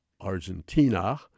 Argentina